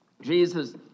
Jesus